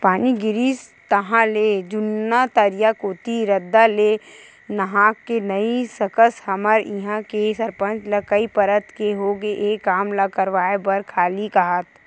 पानी गिरिस ताहले जुन्ना तरिया कोती रद्दा ले नाहके नइ सकस हमर इहां के सरपंच ल कई परत के होगे ए काम ल करवाय बर खाली काहत